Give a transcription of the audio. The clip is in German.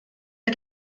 hat